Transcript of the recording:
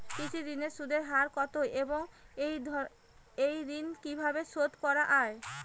কৃষি ঋণের সুদের হার কত এবং এই ঋণ কীভাবে শোধ করা য়ায়?